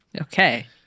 okay